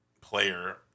player